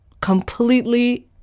completely